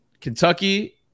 Kentucky